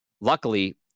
Luckily